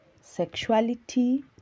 sexuality